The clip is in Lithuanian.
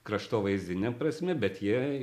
kraštovaizdine prasme bet jie